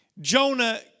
Jonah